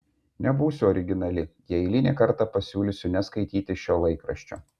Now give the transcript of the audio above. nebūsiu originali jei eilinį kartą pasiūlysiu neskaityti šio laikraščio